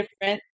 different